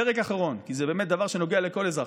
פרק אחרון, כי זה באמת דבר שנוגע לכל אזרח.